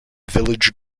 village